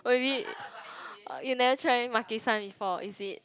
oh is it you never try Maki-San before is it